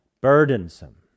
burdensome